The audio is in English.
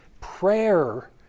prayer